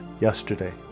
yesterday